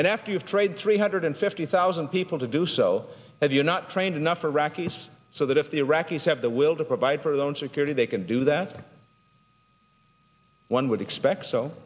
and after you've traded three hundred fifty thousand people to do so if you're not trained enough iraqis so that if the iraqis have the will to provide for their own security they can do that one would expect so